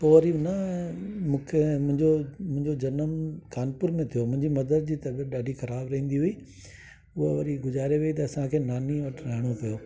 पोइ वरी उन मूंखे मुंहिंजो मुंहिंजो जनमु कानपुर में थियो मुंहिंजी मदर जी तबियतु ॾाढी खराबु रहंदी हुई उअ वरी गुजारे वई त असां इते नानी वटि रहणो पियो